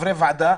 חברי הוועדה,